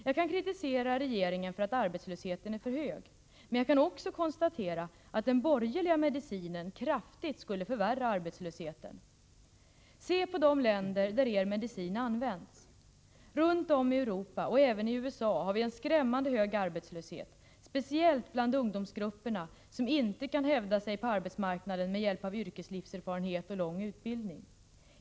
Jag kan kritisera regeringen för att arbetslösheten är för hög, men jag kan också konstatera att den borgerliga medicinen kraftigt skulle förvärra arbetslösheten. Se på de länder där er medicin används! Runt om i Europa och även i USA har vi en skrämmande hög arbetslöshet, speciellt bland ungdomsgrupperna, som inte kan hävda sig på arbetsmarknaden med hjälp av yrkeslivserfarenhet och lång utbildning.